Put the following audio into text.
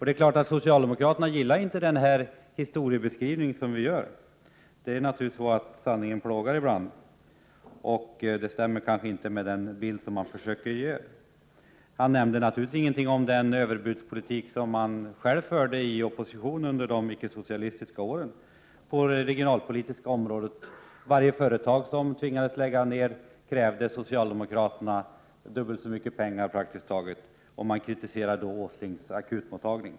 Det är klart att socialdemokraterna inte gillar vår historieskrivning. Ibland är sanningen plågsam, och vår beskrivning stämmer kanske inte alltid med den bild socialdemokraterna själva vill måla upp. Kjell-Olof Feldt nämnde naturligtvis ingenting om den överbudspolitik som han själv i opposition förde på det regionalpolitiska området under de icke-socialistiska åren. För varje företag som tvingades lägga ned verksamheten krävde socialdemokraterna praktiskt dubbelt så mycket pengar, och man kritiserade Åslings akutmottagning.